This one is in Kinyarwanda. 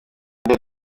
undi